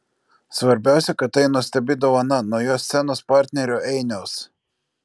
svarbiausia kad tai nuostabi dovana nuo jo scenos partnerio einiaus